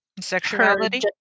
sexuality